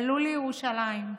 עלו לירושלים,